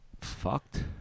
Fucked